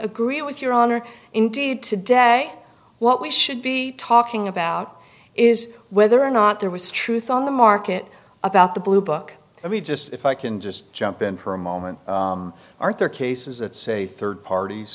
agree with your honor indeed today what we should be talking about is whether or not there was truth on the market about the blue book let me just if i can just jump in for a moment aren't there cases that say third parties